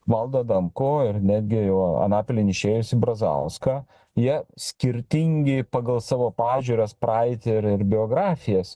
valdą adamkų ir netgi į jau anapilin išėjusį brazauską jie skirtingi pagal savo pažiūras praeitį ir biografijas